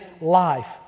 life